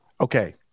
Okay